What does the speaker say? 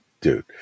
Dude